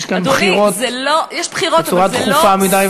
יש כאן בחירות בצורה תכופה מדי,